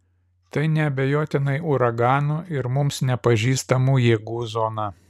tai neabejotinai uraganų ir mums nepažįstamų jėgų zona